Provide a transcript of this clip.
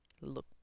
look